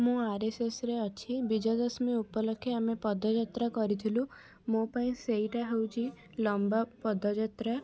ମୁଁ ଆର୍ଏସ୍ଏସ୍ରେ ଅଛି ବିଜୟାଦଶମୀ ଉପଲକ୍ଷେ ଆମେ ପଦଯାତ୍ରା କରିଥିଲୁ ମୋ ପାଇଁ ସେଇଟା ହେଉଛି ଲମ୍ବା ପଦଯାତ୍ରା